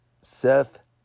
Seth